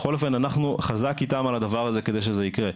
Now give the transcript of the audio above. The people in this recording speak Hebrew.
בכל אופן אנחנו חזק איתם על הדבר הזה כדי שזה יקרה.